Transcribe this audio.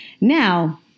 Now